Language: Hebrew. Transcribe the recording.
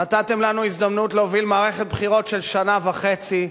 נתתם לנו הזדמנות להוביל מערכת בחירות של שנה וחצי.